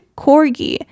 corgi